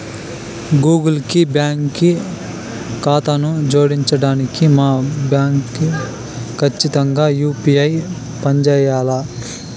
Google కి బాంకీ కాతాను జోడించడానికి మా బాంకీ కచ్చితంగా యూ.పీ.ఐ పంజేయాల్ల